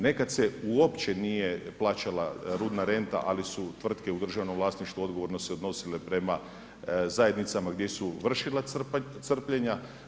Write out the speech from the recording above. Nekada se uopće nije plaćala rudna renta, ali su tvrtke u državnom vlasništvu odgovorno se odnosile prema zajednicama gdje su vršila crpljenja.